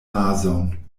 nazon